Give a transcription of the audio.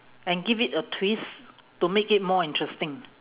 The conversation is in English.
and give it a twist to make it more interesting